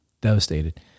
Devastated